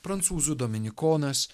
prancūzų dominikonas